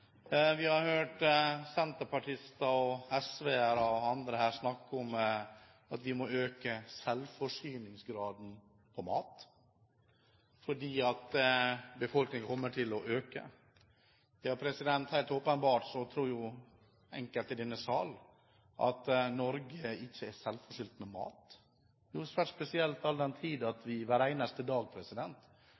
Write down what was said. Vi har hørt senterpartister og SV-ere og andre her snakke om at vi må øke selvforsyningsgraden på mat, fordi befolkningen kommer til å øke. Ja, helt åpenbart tror jo enkelte i denne sal at Norge ikke er selvforsynt med mat, noe som er spesielt all den tid vi hver eneste dag